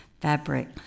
fabric